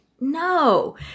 No